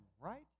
right